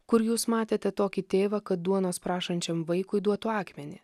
kur jūs matėte tokį tėvą kad duonos prašančiam vaikui duotų akmenį